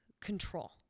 control